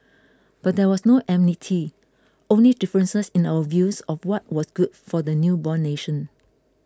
but there was no enmity only differences in our views of what was good for the newborn nation